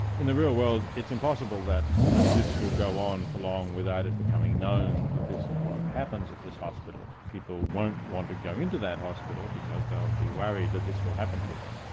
in the real world it's impossible that this will go on for long without it becoming known that this is what happens at this hospital. people won't want to go into that hospital because they will be worried that this will happen to them,